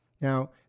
Now